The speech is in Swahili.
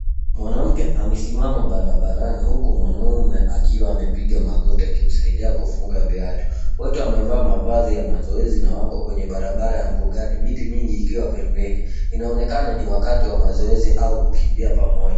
Mwanamke amesimama barabarani ,huku mwanaume akiwa amepiga magoti, akimsaidia kufunga viatu. Wote wamevaa mavazi ya mazoezi na wako kwenye barabara ya mbugani, miti mingi ikiwa pembeni. Inaonekana ni wakati wa mazoezi au kukimbia pamoja.